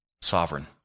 sovereign